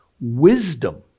wisdom